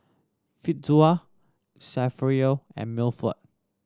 Fitzhugh Saverio and Milford